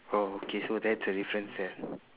oh okay so that's a difference there